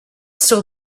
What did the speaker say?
still